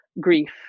grief